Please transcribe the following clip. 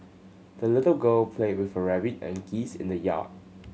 the little girl played with her rabbit and geese in the yard